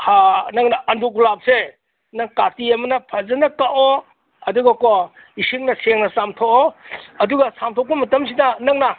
ꯅꯪꯅ ꯑꯟꯗꯨꯒꯨꯂꯥꯞꯁꯦ ꯅꯪ ꯀꯥꯇꯤ ꯑꯃꯅ ꯐꯖꯅ ꯀꯛꯑꯣ ꯑꯗꯨꯒꯀꯣ ꯏꯁꯤꯡꯅ ꯁꯦꯡꯅ ꯆꯥꯝꯊꯣꯛꯑꯣ ꯑꯗꯨꯒ ꯆꯥꯝꯊꯣꯛꯄ ꯃꯇꯝꯁꯤꯗ ꯅꯪꯅ